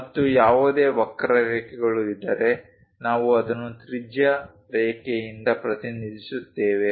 ಮತ್ತು ಯಾವುದೇ ವಕ್ರಾರೇಖೆಗಳು ಇದ್ದರೆ ನಾವು ಅದನ್ನು ತ್ರಿಜ್ಯ ರೇಖೆಯಿಂದ ಪ್ರತಿನಿಧಿಸುತ್ತೇವೆ